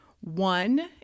One